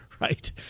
Right